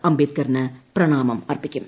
അംബേദ്ക്കറിന് പ്രണാമം അർപ്പിക്കും